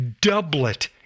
doublet